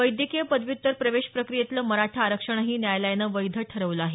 वैद्यकीय पदव्युत्तर प्रवेश प्रक्रियेतलं मराठा आरक्षणही न्यायालयानं वैध ठरवलं आहे